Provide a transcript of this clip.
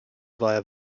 via